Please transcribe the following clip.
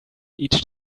each